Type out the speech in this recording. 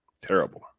terrible